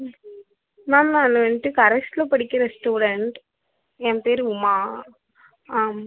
ம் மேம் நான் வந்துட்டு கரெஸில் படிக்கிற ஸ்டுடென்ட் என் பேர் உமா ஆம்